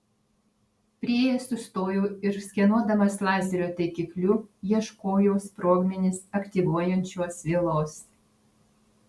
priėjęs sustojau ir skenuodamas lazerio taikikliu ieškojau sprogmenis aktyvuojančios vielos